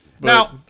Now